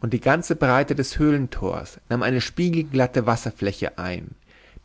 und die ganze breite des höhlentors nahm eine spiegelglatte wasserfläche ein